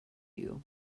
you